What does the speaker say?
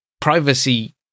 privacy